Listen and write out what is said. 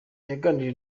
yaganiriye